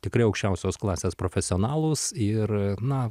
tikrai aukščiausios klasės profesionalus ir na